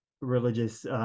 religious